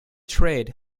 trade